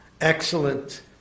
excellent